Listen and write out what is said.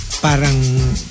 parang